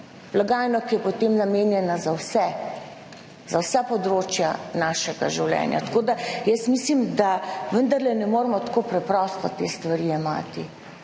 blagajno, ki je potem namenjena za vse, za vsa področja našega življenja. Tako, da jaz mislim, da vendarle ne moremo tako preprosto te stvari jemati